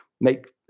make